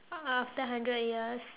after hundred years